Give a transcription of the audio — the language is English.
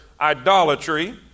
idolatry